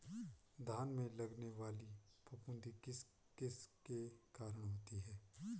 धान में लगने वाली फफूंदी किस किस के कारण होती है?